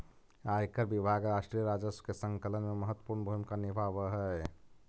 आयकर विभाग राष्ट्रीय राजस्व के संकलन में महत्वपूर्ण भूमिका निभावऽ हई